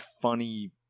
funny